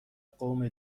قوم